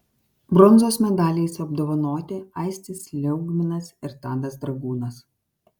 bronzos medaliais apdovanoti aistis liaugminas ir tadas dragūnas